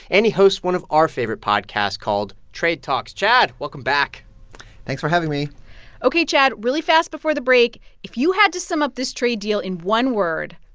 and he hosts one of our favorite podcasts called trade talks. chad, welcome back thanks for having me ok. chad, really fast before the break if you had to sum up this trade deal in one word,